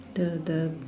the the